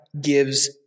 gives